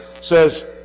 says